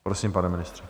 Prosím, pane ministře.